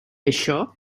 això